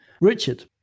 Richard